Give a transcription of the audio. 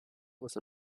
was